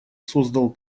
создал